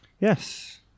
Yes